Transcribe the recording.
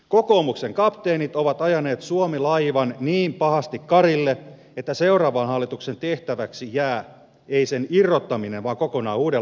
kokoomuksen kapteenit ovat ajaneet suomi laivan niin pahasti karille että seuraavan hallituksen tehtäväksi jää ei sen irrottaminen vaan kokonaan uuden laivan rakentaminen